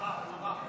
אי-אמון בממשלה